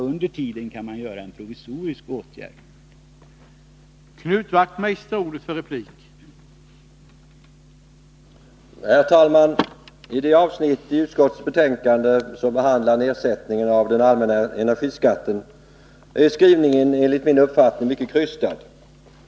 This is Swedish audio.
Under tiden kan provisoriska åtgärder vidtas.